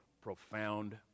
profound